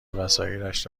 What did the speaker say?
وسایلش